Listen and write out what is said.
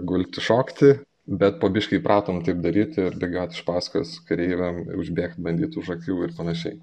gulti šokti bet po biškį įpratom taip daryt ir begiot iš paskos kareiviam užbėgt bandyt už akių ir panašiai